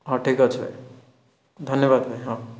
ହଁ ଠିକଅଛି ଭାଇ ଧନ୍ୟବାଦ ଭାଇ ହଁ